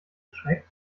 erschreckt